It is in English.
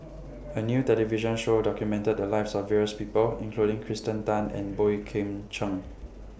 A New television Show documented The Lives of various People including Kirsten Tan and Boey Kim Cheng